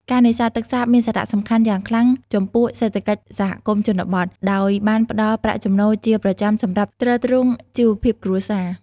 ការនេសាទទឹកសាបមានសារៈសំខាន់យ៉ាងខ្លាំងចំពោះសេដ្ឋកិច្ចសហគមន៍ជនបទ ដោយបានផ្ដល់ប្រាក់ចំណូលជាប្រចាំសម្រាប់ទ្រទ្រង់ជីវភាពគ្រួសារ។